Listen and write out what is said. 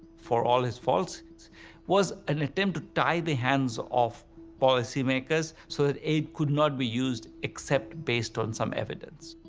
for all his faults was an attempt to tie the hands of policy makers so that aid could not be used except based on some evidence,